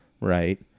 right